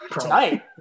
tonight